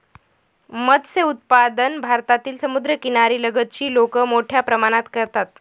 मत्स्य उत्पादन भारतातील समुद्रकिनाऱ्या लगतची लोक मोठ्या प्रमाणात करतात